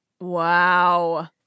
Wow